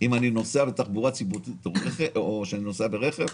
אני נוסע בתחבורה ציבורית או נוסע ברכב?